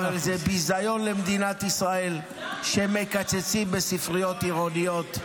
אבל זה ביזיון למדינת ישראל שמקצצים בספריות עירוניות,